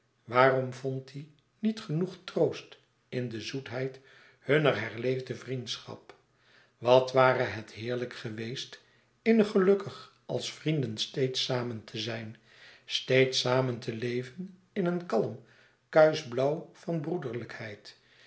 waarom vond die niet genoeg troost in de zoetheid hunner herleefde vriendschap wat ware het heerlijk geweest innig gelukkig als vrienden steeds samen te zijn steeds samen te leven in een kalm kuisch blauw van